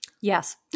Yes